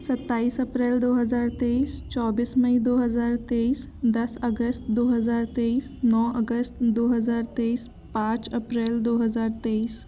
सत्ताईस अप्रैल दो हज़ार तेईस चौबीस मई दो हज़ार तेईस दस अगस्त दो हज़ार तेईस नौ अगस्त दो हज़ार तेईस पाँच अप्रैल दो हज़ार तेईस